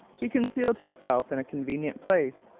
he concealed himself in a convenient place.